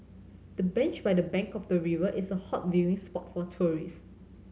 the bench by the bank of the river is a hot viewing spot for tourists